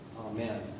Amen